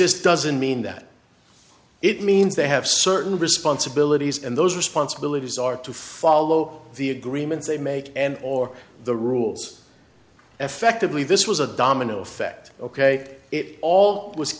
just doesn't mean that it means they have certain responsibilities and those responsibilities are to follow the agreements they make and or the rules effectively this was a domino effect ok it all was